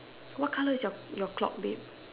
what colour is your your clock bed